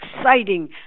exciting